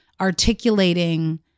articulating